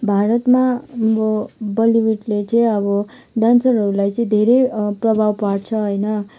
भारतमा अब बलिवुडले चाहिँ अब डान्सरहरूलाई चाहिँ धेरै प्रभाव पार्छ होइन